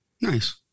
Nice